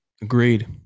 Agreed